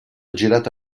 girato